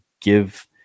give